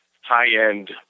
high-end